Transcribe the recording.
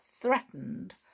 threatened